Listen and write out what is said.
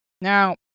now